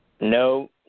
No